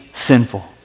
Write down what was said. sinful